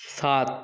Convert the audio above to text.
সাত